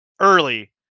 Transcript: early